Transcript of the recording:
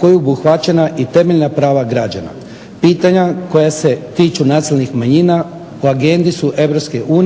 kojim je obuhvaćena i temeljna prava građana. Pitanja koja se tiču nacionalnih manjina po agendi su EU